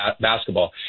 basketball